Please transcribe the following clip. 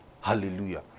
Hallelujah